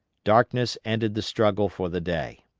darkness ended the struggle for the day.